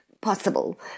possible